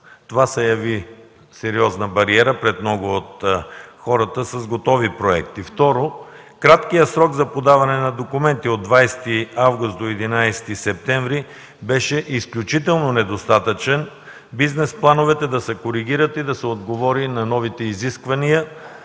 Това се яви сериозна бариера пред много от хората с готови проекти. Второ, краткият срок за подаване на документи – от 20 август до 11 септември, беше изключително недостатъчен бизнес плановете да се коригират и да се отговори на новите изисквания.